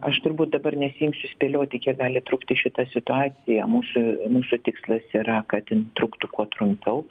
aš turbūt dabar nesiimsiu spėlioti kiek gali trukti šita situacija mūsų mūsų tikslas yra kad jin truktų kuo trumpiau